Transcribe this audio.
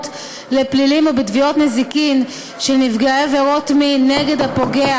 לפלילים ובתביעות נזיקין של נפגעי עבירות מין נגד הפוגע